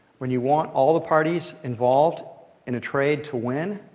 when you want all the parties involved in a trade to win,